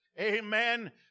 Amen